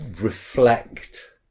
Reflect